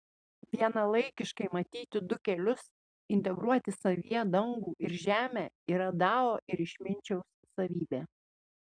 vienalaikiškai matyti du kelius integruoti savyje dangų ir žemę yra dao ir išminčiaus savybė